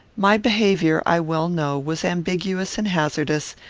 my behaviour, i well know, was ambiguous and hazardous,